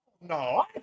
no